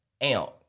Amp